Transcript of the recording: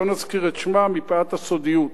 לא נזכיר את שמה מפאת הסודיות,